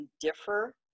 differ